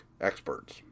experts